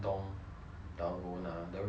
dalgona the rose dalgona